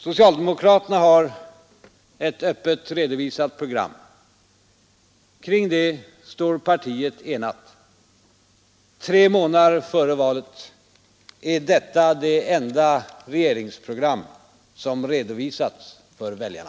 Socialdemokraterna har ett öppet redovisat program. Kring detta står partiet enat. Tre månader före valet är detta det enda regeringsprogram som redovisats för väljarna.